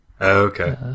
Okay